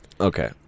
okay